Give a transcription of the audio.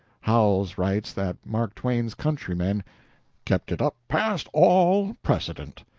howells writes that mark twain's countrymen kept it up past all precedent,